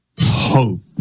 hope